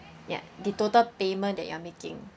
ya the total payment that you're making